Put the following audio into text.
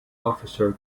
officer